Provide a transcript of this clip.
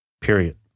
Period